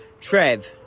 Trev